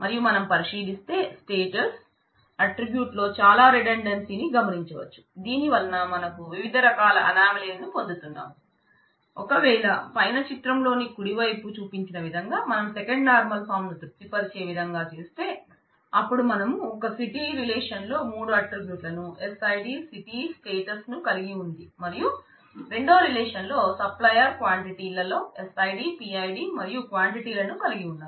మరియు మనం పరిశీలిస్తే స్టేటస్ ను తృప్తి పరిచే విధంగా చేస్తే అపుడు మనం ఒక సిటీ రిలేషన్లో మూడు ఆట్రిబ్యూట్లు SID సిటీ స్టేటస్ లను కలిగి ఉంది మరియు రెండో రిలేషన్లో సప్లయర్ క్వాంటిటీలో SIDPID మరియు క్వాంటిటీ లను కలిగి ఉన్నాయి